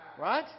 right